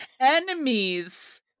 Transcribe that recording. enemies